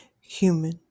human